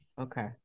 okay